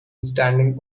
standing